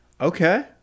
Okay